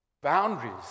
Boundaries